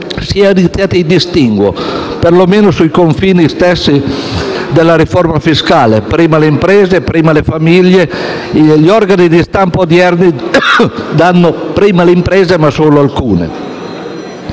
siano iniziati i distinguo, perlomeno sui confini stessi della riforma fiscale: prima le imprese o prima le famiglie? Gli organi di stampa odierni danno prima le imprese, ma solo alcune.